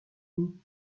vous